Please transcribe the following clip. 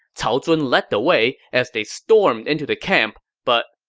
cao zun led the way as they stormed into the camp, but,